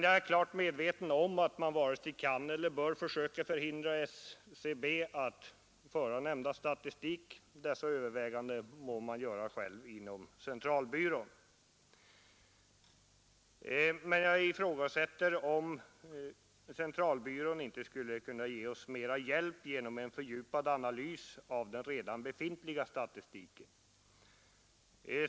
Jag är klart medveten om att man varken kan eller bör försöka förhindra centralbyrån att föra denna statistik. Dessa överväganden får göras inom centralbyrån. Jag ifrågasätter om inte statistiska centralbyrån skulle kunna ge oss mera hjälp genom en fördjupad analys av den redan befintliga statistiken.